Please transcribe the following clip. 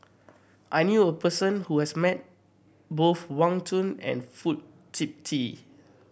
I knew a person who has met both Wang Chunde and Fong Sip Chee